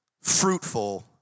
fruitful